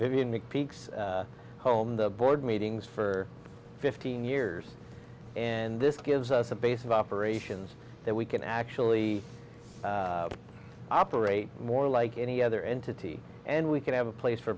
the peaks home the board meetings for fifteen years and this gives us a base of operations that we can actually operate more like any other entity and we could have a place for